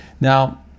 Now